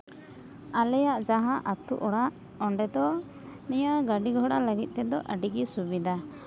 ᱟᱞᱮᱭᱟᱜ ᱡᱟᱦᱟᱸ ᱟᱛᱳ ᱚᱲᱟᱜ ᱚᱸᱰᱮ ᱫᱚ ᱱᱤᱭᱟᱹ ᱜᱟᱹᱰᱤ ᱜᱷᱚᱲᱟ ᱞᱟᱹᱜᱤᱫ ᱛᱮᱫᱚ ᱟᱹᱰᱤ ᱜᱮ ᱥᱩᱵᱤᱫᱟ